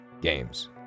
games